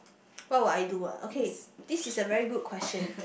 what would I do ah okay this is a very good question